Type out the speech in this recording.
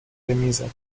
میزم